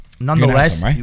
Nonetheless